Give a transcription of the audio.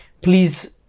please